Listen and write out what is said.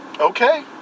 Okay